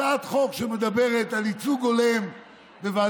הצעת חוק שמדברת על ייצוג הולם בוועדות